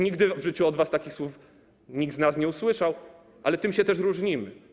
Nigdy w życiu od was takich słów nikt z nas nie usłyszał, ale tym się też różnimy.